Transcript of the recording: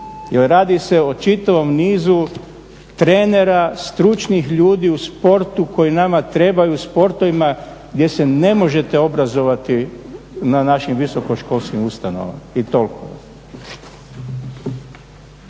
radi se o čitavom nizu trenera, stručnih ljudi u sportu koji nama trebaju u sportovima gdje se ne možete obrazovati na našim visokoškolskim ustanovama i toliko.